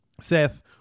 Seth